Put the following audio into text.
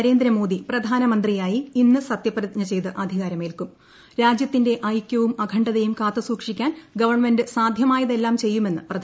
നരേന്ദ്രമോദി പ്രധാനമന്ത്രിയായി ഇന്ന് സത്യപ്രതിജ്ഞ ചെയ്ത് അധികാരമേൽക്കും രാജ്യത്തിന്റെ ഐക്യവും അഖണ്ഡതയും കാത്തുസൂക്ഷിക്കാൻ ഗവൺമെന്റ് സാധ്യമായതെല്ലാം ചെയ്യുമെന്ന് പ്രധാനമന്ത്രി